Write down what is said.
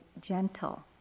gentle